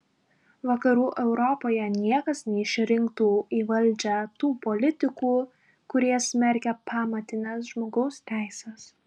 vakarų europoje niekas neišrinktų į valdžią tų politikų kurie smerkia pamatines žmogaus teises